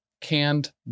Canned